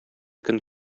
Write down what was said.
көн